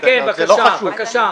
כן, בבקשה.